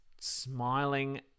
smiling